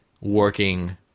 working